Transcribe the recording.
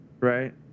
right